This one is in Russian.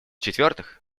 четвертых